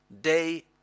day